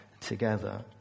together